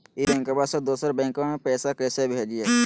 ई बैंकबा से दोसर बैंकबा में पैसा कैसे भेजिए?